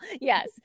yes